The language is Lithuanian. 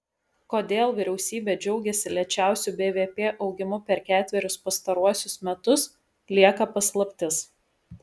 kodėl vyriausybė džiaugiasi lėčiausiu bvp augimu per ketverius pastaruosius metus lieka paslaptis